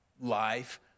life